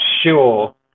sure